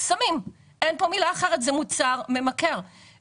על הפרטת שירותי הבריאות אנחנו לא נרחיב כי זה נושא שאתם מכירים היטב,